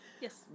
Yes